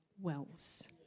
wells